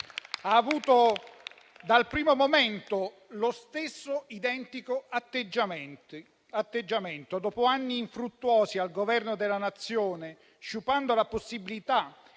ha avuto dal primo momento lo stesso identico atteggiamento: dopo anni infruttuosi al governo della Nazione, sciupando la possibilità